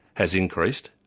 has increased,